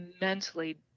mentally